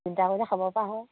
চিন্তা কৰিলে খাব পৰা হয়